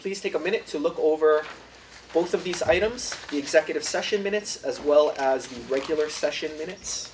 please take a minute to look over fourth of these items executive session minutes as well as regular session minutes